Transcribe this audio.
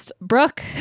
Brooke